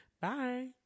Bye